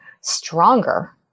stronger